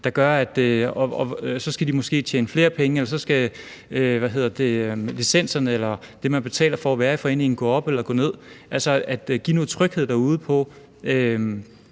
Så skal de måske tjene flere penge, eller også skal licenserne eller det, man betaler for at være i foreningen, gå op eller gå ned. Altså, man skal give noget tryghed derude i